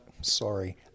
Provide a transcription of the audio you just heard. sorry